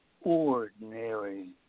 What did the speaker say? ordinary